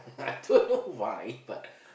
I don't know why but